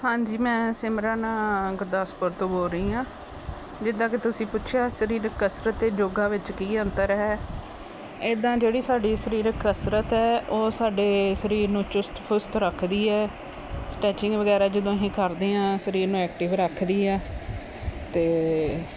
ਹਾਂਜੀ ਮੈਂ ਸਿਮਰਨ ਗੁਰਦਾਸਪੁਰ ਤੋਂ ਬੋਲ ਰਹੀ ਹਾਂ ਜਿੱਦਾਂ ਕਿ ਤੁਸੀਂ ਪੁੱਛਿਆ ਸਰੀਰਕ ਕਸਰਤ 'ਤੇ ਯੋਗਾ ਵਿੱਚ ਕੀ ਅੰਤਰ ਹੈ ਇੱਦਾਂ ਜਿਹੜੀ ਸਾਡੀ ਸਰੀਰਕ ਕਸਰਤ ਹੈ ਉਹ ਸਾਡੇ ਸਰੀਰ ਨੂੰ ਚੁਸਤ ਫੁਸਤ ਰੱਖਦੀ ਹੈ ਸਟੈਚਿੰਗ ਵਗੈਰਾ ਜਦੋਂ ਅਸੀਂ ਕਰਦੇ ਹਾਂ ਸਰੀਰ ਨੂੰ ਐਕਟਿਵ ਰੱਖਦੀ ਹੈ ਅਤੇ